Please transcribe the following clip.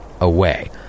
away